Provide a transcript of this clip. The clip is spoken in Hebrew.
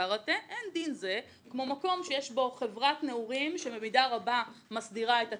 קראטה כמו מקום שיש בו חברת נעורים שבמידה רבה מסדירה את עצמה,